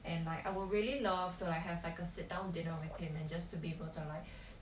and like I would really love to like have like a sit down dinner with him and just to be able to like